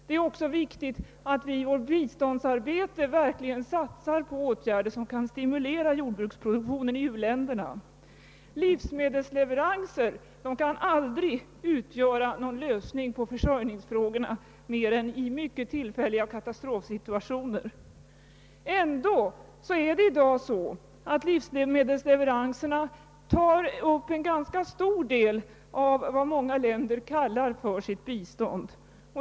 Det är också viktigt att vi i vår biståndspolitik satsar på sådant som kan stimulera livsmedelsproduktionen i u länderna. Livsmedelsleveranser kan aldrig utgöra någon lösning på försörjningsfrågorna annat än i mycket tillfälliga katastrofsituationer. Ändå är det i dag så att livsmedelsleveranserna tar upp en ganska stor del av vad många länder kallar för sitt bistånd.